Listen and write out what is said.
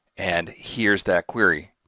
and here's that query.